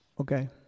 okay